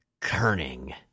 Kerning